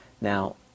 Now